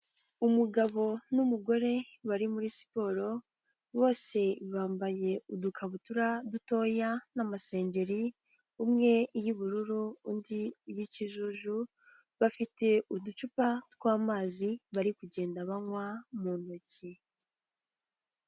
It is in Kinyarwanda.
Umugabo n'umugore bari muri siporo, bose bambaye udukabutura dutoya n'amasengeri, umwe iy'ubururu undi iy'ikijuju, bafite uducupa tw'amazi bari kugenda banywa mu ntoki.